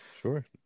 sure